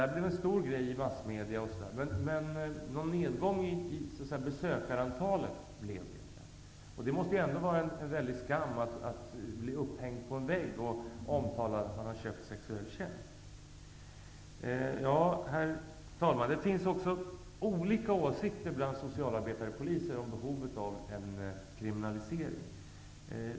Det blev en stor sak i massmedia, men det blev inte någon nedgång i antalet besökare. Det måste ändå vara en stor skam att bli ''upphängd'' på en vägg och omtalad för att man har köpt en sexuell tjänst. Herr talman! Det finns olika åsikter bland socialarbetare och poliser om behovet av en kriminalisering.